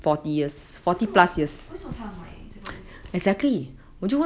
为什么为什么他要买这个屋子